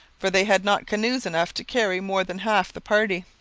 for they had not canoes enough to carry more than half the party.